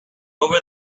over